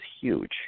huge